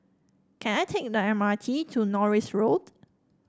can I take the M R T to Norris Road